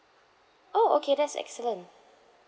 oh okay that's excellent